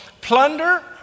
plunder